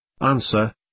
Answer